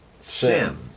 sim